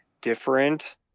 different